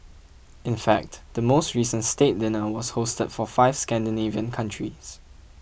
in fact the most recent state dinner was hosted for five Scandinavian countries